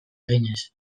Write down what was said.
eginez